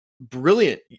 brilliant